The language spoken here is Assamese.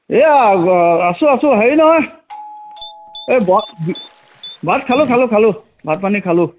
এইয়া আছোঁ আছোঁ হেৰি নহয় এই ভাত ভাত খালোঁ খালোঁ খালোঁ ভাত পানী খালোঁ